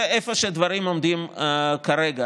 זה איפה שהדברים עומדים כרגע.